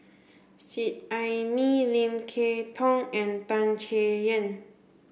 Seet Ai Mee Lim Kay Tong and Tan Chay Yan